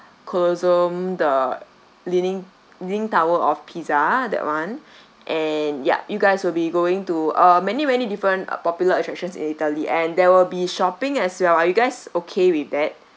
colosseum the leaning leaning tower of pisa that [one] and ya you guys will be going to uh many many different uh popular attractions in italy and there will be shopping as well are you guys okay with that